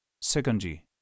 Secondly